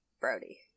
Brody